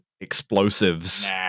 explosives